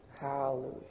Hallelujah